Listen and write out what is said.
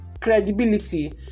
credibility